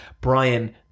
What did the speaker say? brian